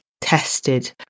tested